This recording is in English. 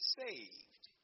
saved